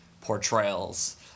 portrayals